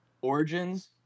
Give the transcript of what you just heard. origins